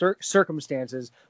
circumstances